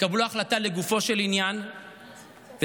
שתקבלו החלטה לגופו של עניין ותתמכו